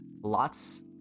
Lots